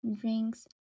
drinks